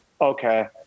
okay